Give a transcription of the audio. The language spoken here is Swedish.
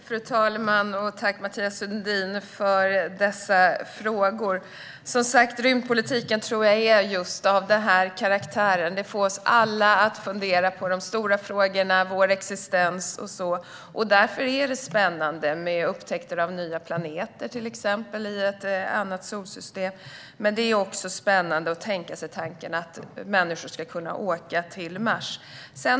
Fru talman! Jag tackar Mathias Sundin för dessa frågor. Som sagt tror jag att rymdpolitiken är just av den här karaktären. Den får oss alla att fundera på de stora frågorna och vår existens. Därför är det spännande med till exempel upptäckter av nya planeter i ett annat solsystem. Det är också spännande att tänka sig tanken att människor ska kunna åka till Mars.